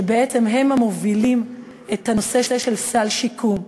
שבעצם הם המובילים את הנושא של סל שיקום,